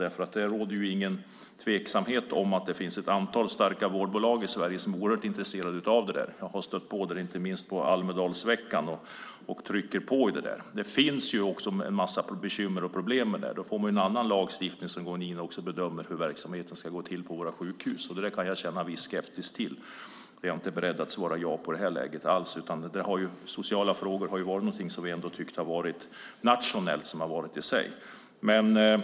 Det råder inga tvivel om att det finns ett antal starka vårdbolag i Sverige som är intresserade av detta. Jag har stött på det, inte minst under Almedalsveckan. De trycker på. Det finns dock bekymmer och problem med detta. Här kommer en annan lagstiftning in som bedömer hur verksamheten ska gå till på våra sjukhus. Jag känner en viss skepsis inför detta och är inte alls beredd att svara ja i detta läge. Sociala frågor har ändå betraktats som nationella.